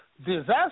Disaster